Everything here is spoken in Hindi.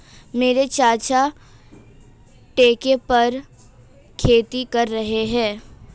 मेरे चाचा ठेके पर खेती कर रहे हैं